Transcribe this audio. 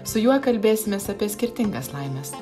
su juo kalbėsimės apie skirtingas laimes